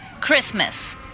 Christmas